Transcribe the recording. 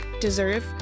deserve